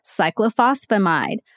cyclophosphamide